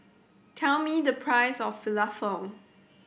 tell me the price of Falafel